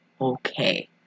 Okay